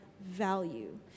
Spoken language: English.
value